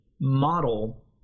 model